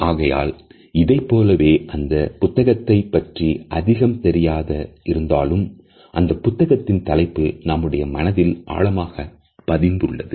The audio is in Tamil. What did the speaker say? ஆகையால் இதைப்போலவேஅந்தப் புத்தகத்தைப் பற்றி அதிகம் தெரியாது இருந்தாலும் அந்தப் புத்தகத்தின் தலைப்பு நம்முடைய மனதில் ஆழமாக பதிந்துள்ளது